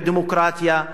יותר דמוקרטיה,